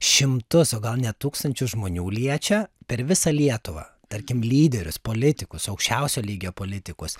šimtus o gal net tūkstančius žmonių liečia per visą lietuvą tarkim lyderius politikos aukščiausio lygio politikus